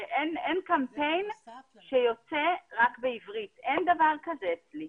אין קמפיין שיוצא רק בעברית, אין דבר כזה אצלי.